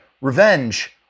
revenge